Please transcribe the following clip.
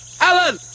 Alan